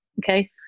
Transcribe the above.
okay